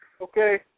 Okay